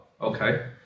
Okay